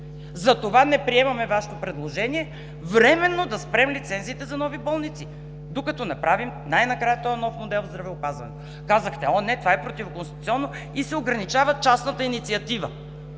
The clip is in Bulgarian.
Затова не приемаме Вашето предложение“ – временно да спрем лицензите за нови болници, докато не направим най-накрая този нов модел в здравеопазването“. Казахте: „О, не! Това е противоконституционно и се ограничава частната инициатива!“.